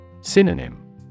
Synonym